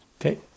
Okay